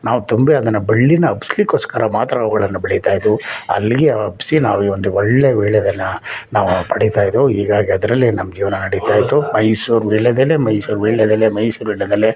ನಾವು ತುಂಬೆ ಅದನ್ನು ಬಳ್ಳಿನ ಹಬ್ಬಿಸ್ಲಿಕೋಸ್ಕರ ಮಾತ್ರ ಅವುಗಳನ್ನ ಬೆಳೀತ ಇದ್ವು ಅಲ್ಲಿಗೆ ಹಬ್ಬಿಸಿ ನಾವು ಈ ಒಂದು ಒಳ್ಳೆಯ ವೀಳ್ಯದೆಲೇನ ನಾವು ಪಡೀತ ಇದ್ವು ಹೀಗಾಗಿ ಅದರಲ್ಲಿ ನಮ್ಮ ಜೀವನ ನಡೀತ ಇತ್ತು ಮೈಸೂರು ವೀಳ್ಯದೆಲೆ ಮೈಸೂರು ವೀಳ್ಯದೆಲೆ ಮೈಸೂರು ವೀಳ್ಯದೆಲೆ